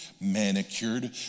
manicured